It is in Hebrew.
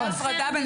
לעשות הפרדה בין